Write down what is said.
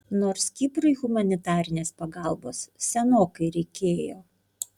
nors kiprui humanitarinės pagalbos senokai reikėjo